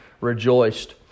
rejoiced